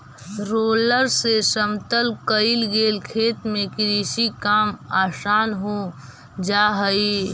roller से समतल कईल गेल खेत में कृषि काम आसान हो जा हई